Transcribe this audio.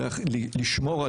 כן בהחלט.